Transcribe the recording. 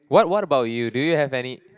what what about you do you have any